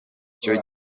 cyo